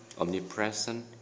omnipresent